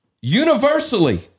universally